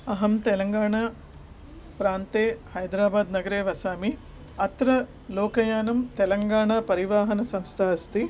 अहं तेलङ्गणाप्रान्ते हैदराबादनगरे वसामि अत्र लोकयानं तेलङ्गणापरिवाहनसंस्था अस्ति